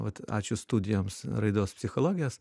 vat ačiū studijoms raidos psichologijos